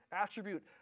attribute